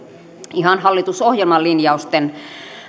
ihan hallitusohjelman linjausten